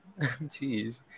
Jeez